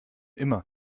immer